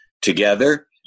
together